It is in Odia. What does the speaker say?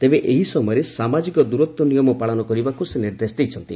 ତେବେ ଏହି ସମୟରେ ସାମାଜିକ ଦୂରତ୍ୱ ନିୟମ ପାଳନ କରିବାକୁ ସେ ନିର୍ଦ୍ଦେଶ ଦେଇଛନ୍ତି